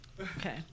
Okay